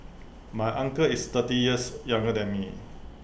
my uncle is thirty years younger than me